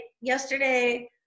yesterday